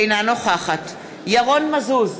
אינה נוכחת ירון מזוז,